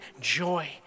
joy